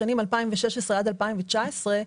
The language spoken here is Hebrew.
לשנים 2016 עד 2019,